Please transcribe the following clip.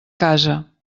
casa